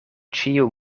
ĉiu